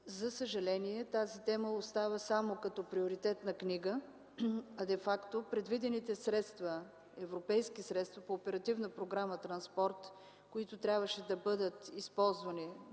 За съжаление тази тема остава само като приоритет на книга. Предвидените европейски средства по оперативна програма „Транспорт” трябваше да бъдат използвани